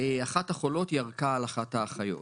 אחת החולות ירקה על אחת האחיות.